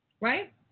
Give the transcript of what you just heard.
right